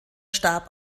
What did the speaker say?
starb